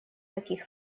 таких